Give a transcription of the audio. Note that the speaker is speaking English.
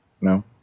No